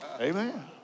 Amen